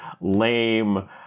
lame